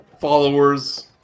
followers